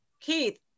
Keith